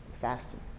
fasting